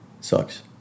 sucks